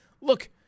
look